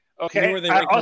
Okay